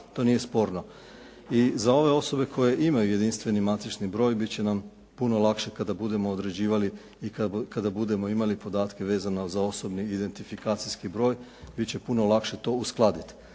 to nije sporno. I za ove osobe koje imaju jedinstveni matični broj biti će nam puno lakše kada budemo odrađivali i kada budemo imali podatke vezano za osobni identifikacijski broj biti će puno lakše to uskladiti,